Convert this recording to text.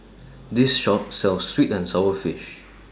This Shop sells Sweet and Sour Fish